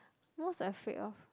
most afraid of